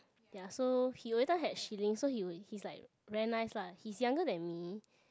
ya so he every time had shillings so he would he's like very nice lah he's younger than me